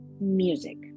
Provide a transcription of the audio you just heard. music